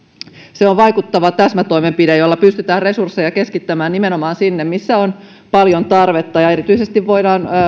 se on vaikuttava täsmätoimenpide jolla pystytään resursseja keskittämään nimenomaan sinne missä on paljon tarvetta ja erityisesti voidaan